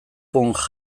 punk